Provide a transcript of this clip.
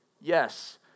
yes